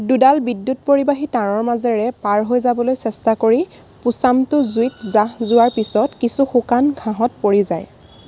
দুডাল বিদ্যুৎ পৰিবাহী তাঁৰৰ মাজেৰে পাৰহৈ যাবলৈ চেষ্টা কৰি পোছামটো জুইত জাহ যোৱাৰ পিছত কিছু শুকান ঘাঁহত পৰি যায়